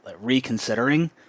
reconsidering